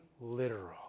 literal